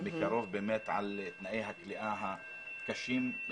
מקרוב על תנאי הכליאה הקשים.